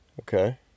Okay